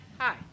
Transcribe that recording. Hi